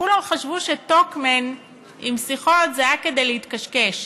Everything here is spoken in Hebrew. כולם חשבו שטוקמן עם שיחות זה היה כדי להתקשקש,